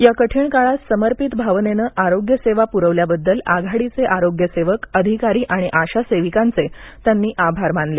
या कठीण काळात समर्पित भावनेनं आरोग्य सेवा पुरवल्याबद्दल आघाडीचे आरोग्यसेवक अधिकारी आणि आशा सेवकांचे त्यांनी आभार मानले